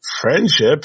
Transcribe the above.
friendship